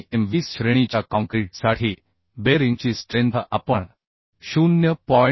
आणि M 20 श्रेणीच्या काँक्रीटसाठी बेअरिंगची स्ट्रेन्थ आपण 0